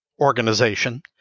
organization